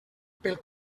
pel